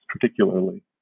particularly